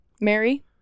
Mary